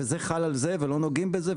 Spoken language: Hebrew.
וזה חל על זה ולא נוגעים בזה,